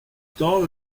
temps